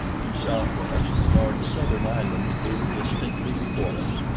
and southwest the large southern island loomed distinctly before us.